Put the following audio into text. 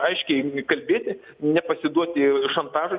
aiškiai kalbėti nepasiduoti šantažui